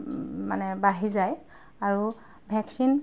মানে বাঢ়ি যায় আৰু ভেকচিন